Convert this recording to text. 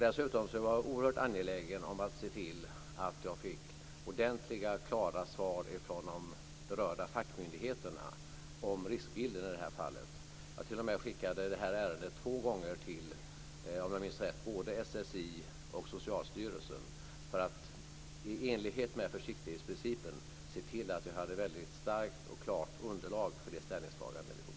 Dessutom var jag oerhört angelägen om att se till att jag fick ordentliga klara svar från de berörda fackmyndigheterna om riskbilden i det här fallet. Jag t.o.m. skickade det här ärendet två gånger till både SSI och Socialstyrelsen, om jag minns rätt, för att i enlighet med försiktighetsprincipen se till att vi hade ett väldigt starkt och klart underlag för det ställningstagande vi gjorde.